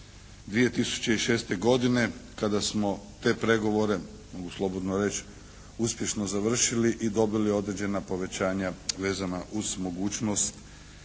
2006. godine kada smo te pregovore, mogu slobodno reći, uspješno završili i dobili određena povećanja vezana uz mogućnost